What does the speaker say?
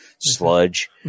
sludge